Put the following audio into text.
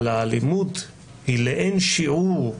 אבל האלימות היא לאין שיעור,